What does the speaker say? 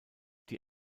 die